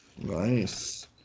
nice